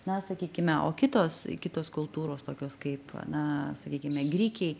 na sakykime o kitos kitos kultūros tokios kaip na sakykime grikiai